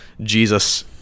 Jesus